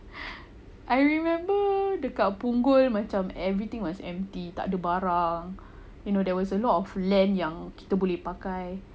I remember dekat punggol macam everything must empty takde barang you know there was a a lot of land yang kita boleh pakai